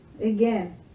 again